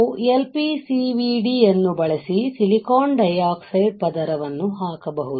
ನಾವು LPCVDಯನ್ನು ಬಳಸಿ ಸಿಲಿಕಾನ್ ಡೈಆಕ್ಸೈಡ್ ಪದರವನ್ನು ಹಾಕಬಹುದು